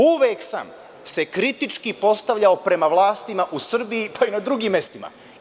Uvek sam se kritički postavljao prema vlastima u Srbiji, pa i na drugim mestima.